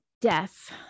death